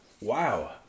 Wow